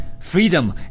Freedom